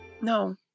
No